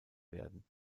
werden